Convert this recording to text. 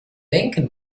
lenken